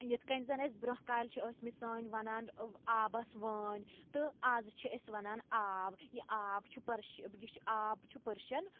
یِتھٕ کٔنۍ زَن اَسہِ برٛونٛہہ کالہِ چھِ ٲسمٕتۍ سٲنۍ وَنان آبَس وٲنۍ تہٕ اَزٕ چھِ أسۍ وَنان آب یہِ آب چھُ پٔرش یہِ چھُ آب چھُ پرشَن